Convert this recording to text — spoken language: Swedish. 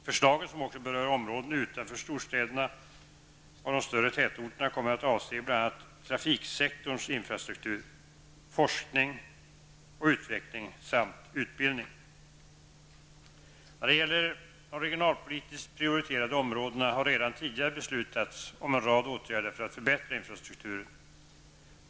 Förslagen, som också berör områden utanför storstäderna och de större tätorterna, kommer att avse bl.a. trafiksektorns infrastruktur, forskning och utveckling samt utbildning. När det gäller de regionalpolitiskt prioriterade områdena har redan tidigare beslutats om en rad åtgärder för att förbättra infrastrukturen.